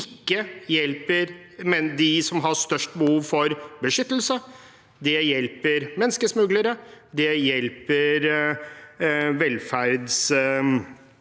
ikke hjelper dem som har størst behov for beskyttelse. Det hjelper menneskesmuglere, det hjelper velferdsmigranter,